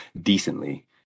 decently